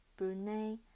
Brunei